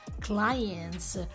clients